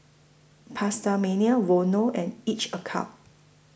PastaMania Vono and Each A Cup